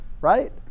right